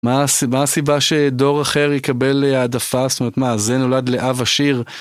מה הסיבה שדור אחר יקבל עדפה? זאת אומרת מה, זה נולד לאב עשיר?